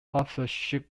authorship